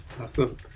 Awesome